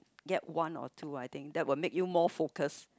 get one or two I think that will make you more focus